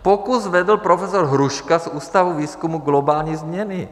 Pokus vedl profesor Hruška z Ústavu výzkumu globální změny.